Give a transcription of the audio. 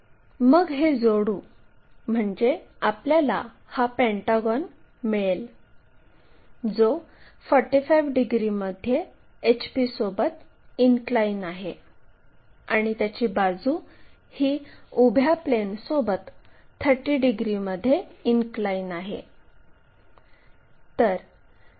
मग हे जोडू म्हणजे आपल्याला हा पेंटॅगॉन मिळेल जो 45 डिग्रीमध्ये HP सोबत इनक्लाइन आहे आणि त्याची बाजू ही उभ्या प्लेनसोबत 30 डिग्रीमध्ये इनक्लाइन आहे